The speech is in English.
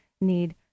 need